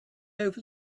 over